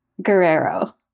Guerrero